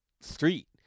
street